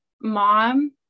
mom